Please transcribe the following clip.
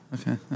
Okay